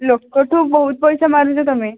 ଲୋକଠୁ ବହୁତ ପଇସା ମାରୁଛ ତମେ